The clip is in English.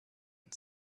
and